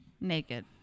naked